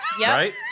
Right